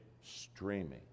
streaming